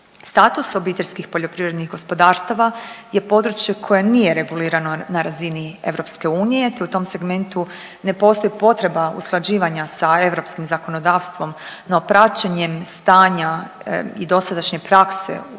Status obiteljskih poljoprivrednih gospodarstava je područje koje nije regulirano na razini EU te u tom segmentu ne postoji potreba usklađivanja sa europskim zakonodavstvom. No, praćenjem stanja i dosadašnje prakse u primjeni